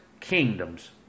kingdoms